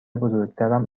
بزرگترم